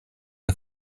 the